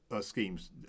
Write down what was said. schemes